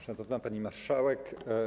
Szanowna Pani Marszałek!